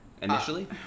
initially